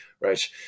right